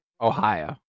Ohio